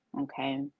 okay